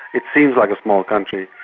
it seems like a small country.